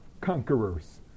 conquerors